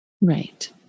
Right